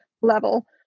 level